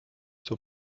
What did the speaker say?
zur